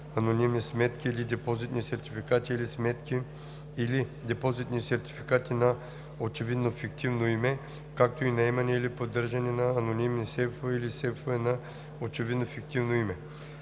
анонимни сметки или депозитни сертификати, или сметки или депозитни сертификати на очевидно фиктивно име, както и наемане или поддържане на анонимни сейфове или сейфове на очевидно фиктивно име.“